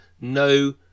no